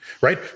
Right